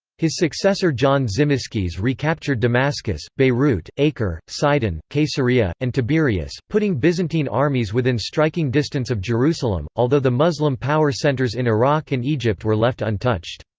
his successor john tzimiskes recaptured damascus, beirut, acre, sidon, caesarea, and tiberias, putting byzantine armies within striking distance of jerusalem, although the muslim power centres in iraq and egypt were left untouched.